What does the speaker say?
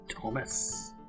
Thomas